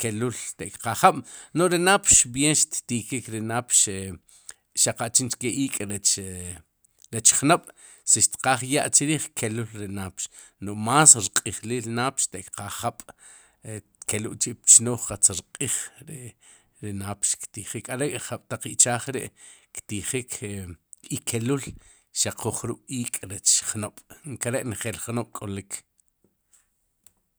kelul te'kqaaj jab' no'j ri napx bieen ttikik ri napx, e xaq a chinchkee iik' rech jnob' si kqaaj ya'chrriij kelul ri napx no'j más irq'ijliil napx te' tqaaj jab' kelul k'chi'pchnooj, qatz rq'iij, ri ri napx are'taq jab'taq ichaaj ktijik i kelul xaq ju jrub'iik' rech jnob' nkere'njeel jnob'k'olik.